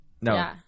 No